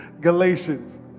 Galatians